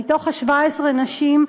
מתוך 17 הנשים,